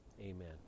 amen